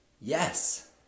Yes